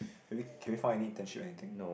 can we can we find any internship or anything